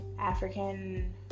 African